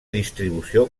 distribució